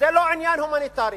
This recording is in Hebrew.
זה לא עניין הומניטרי.